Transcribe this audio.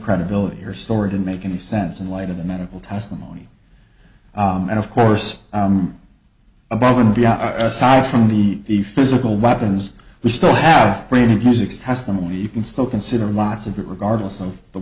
credibility your story didn't make any sense in light of the medical testimony and of course above and beyond aside from the the physical weapons we still rated music's testimony you can still consider lots of it regardless of the